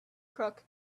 crook